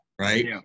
Right